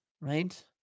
right